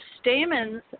stamens